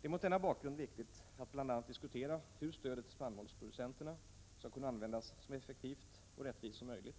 Det är mot denna bakgrund viktigt att diskutera bl.a. hur stödet till spannmålsproducenterna skall kunna användas så effektivt och rättvist som möjligt,